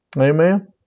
Amen